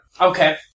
Okay